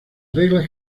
reglas